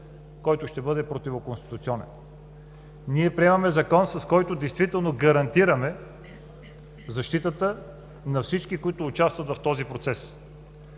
който ще бъде противоконституционен. Ние приемаме Закон, с който действително гарантираме защитата на всички, които участват в този процес,